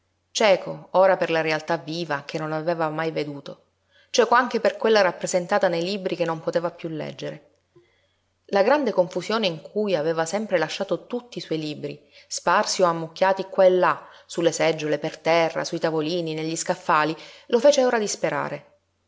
cieco ora per la realtà viva che non aveva mai veduto cieco anche per quella rappresentata nei libri che non poteva piú leggere la grande confusione in cui aveva sempre lasciato tutti i suoi libri sparsi o ammucchiati qua e là sulle seggiole per terra sui tavolini negli scaffali lo fece ora disperare